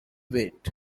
wait